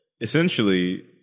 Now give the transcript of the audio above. essentially